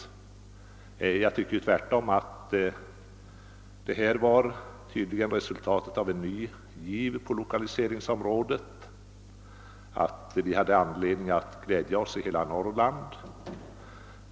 Jag för min del tycker tvärtom att det rör sig om resultatet av en ny giv på lokaliseringsområdet och att hela Norrland har anledning att glädjas.